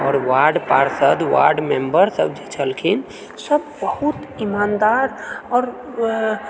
आओर वार्ड पार्षद वार्ड मेम्बरसभ जे छलखिन सभ बहुत ईमानदार आओर